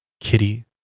Kitty